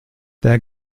der